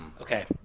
Okay